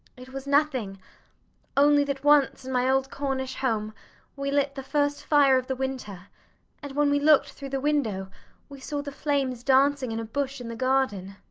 it was nothing only that once in my old cornish home we lit the first fire of the winter and when we looked through the window we saw the flames dancing in a bush in the garden.